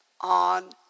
on